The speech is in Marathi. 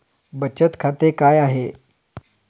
बचत खाते काय आहे?